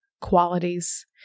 qualities